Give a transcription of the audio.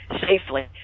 safely